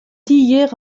tiez